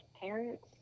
parents